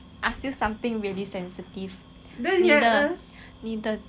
你的底裤是